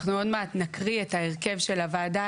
אנחנו עוד מעט נקריא את ההרכב של הוועדה